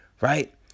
right